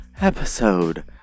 episode